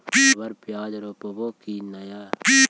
अबर प्याज रोप्बो की नय?